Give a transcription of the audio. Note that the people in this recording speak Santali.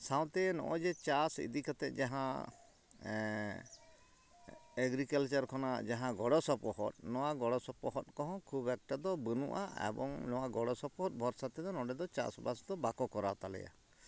ᱥᱟᱶᱛᱮ ᱱᱚᱜᱼᱚᱸᱭ ᱡᱮ ᱪᱟᱥ ᱤᱫᱤᱠᱟᱛᱮ ᱡᱟᱦᱟᱸ ᱮᱜᱽᱨᱤᱠᱟᱞᱪᱟᱨ ᱠᱷᱚᱱᱟᱜ ᱡᱟᱦᱟᱸ ᱜᱚᱲᱚ ᱥᱚᱯᱚᱦᱚᱫ ᱱᱚᱣᱟ ᱜᱚᱲᱚ ᱥᱚᱯᱚᱦᱚᱫᱠᱚ ᱦᱚᱸ ᱠᱷᱩᱵᱮᱠᱴᱟ ᱫᱚ ᱵᱟᱹᱱᱩᱜᱼᱟ ᱮᱵᱚᱝ ᱱᱚᱣᱟ ᱜᱚᱚᱲᱚ ᱥᱚᱯᱚᱦᱚᱫ ᱵᱷᱚᱨᱥᱟᱛᱮ ᱫᱚ ᱱᱚᱰᱮᱫᱚ ᱪᱟᱥᱵᱟᱥᱫᱚ ᱵᱟᱠᱚ ᱠᱚᱨᱟᱣ ᱛᱟᱞᱮᱭᱟ